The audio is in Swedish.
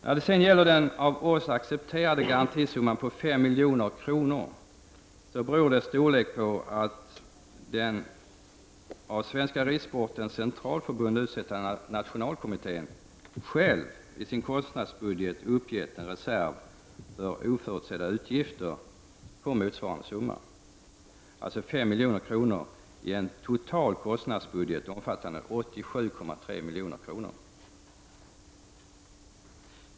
Att storleken på den av oss accepterade garantisumman är 5 milj.kr. beror på att den av Svenska ridsportens centralförbund utsedda nationalkommittén själv i sin kostnadsbudget satt upp en reserv för oförutsedda utgifter på motsvarande summa, alltså 5 milj.kr. i en total kostnadsbudget omfattande 87,3 milj.kr.